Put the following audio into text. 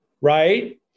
Right